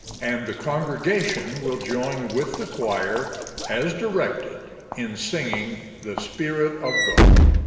and the congregation will join with the choir as directed in singing the spirit of god.